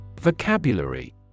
Vocabulary